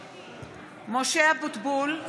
(קוראת בשמות חברי הכנסת) משה אבוטבול,